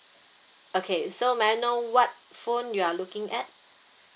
okay so may I know what phone you are looking at